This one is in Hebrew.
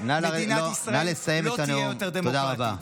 מדינת ישראל לא תהיה דמוקרטית.